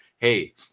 Hey